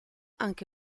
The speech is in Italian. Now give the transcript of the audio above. anche